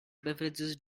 beverages